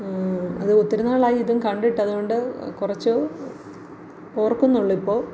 അത് ഒത്തിരി നാളായി ഇതും കണ്ടിട്ട് അതുകൊണ്ട് കുറച്ചു ഓർക്കുന്നുള്ളിപ്പോൾ